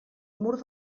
mur